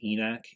ENAC